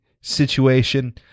situation